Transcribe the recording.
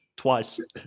twice